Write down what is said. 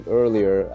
earlier